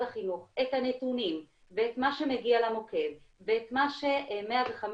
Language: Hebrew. החינוך את הנתונים ואת מה שמגיע למוקד ואת מה ש-105